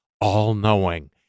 all-knowing